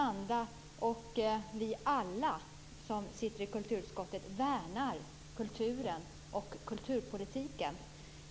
Alla vi som sitter i kulturutskottet värnar kulturen och kulturpolitiken.